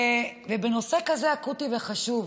ובנושא כזה אקוטי וחשוב.